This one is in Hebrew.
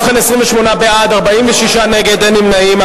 ובכן, בעד, 28, נגד, 46, ואין נמנעים.